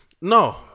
No